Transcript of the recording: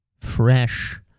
fresh